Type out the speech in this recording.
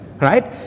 right